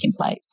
templates